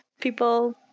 people